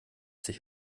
sich